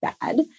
bad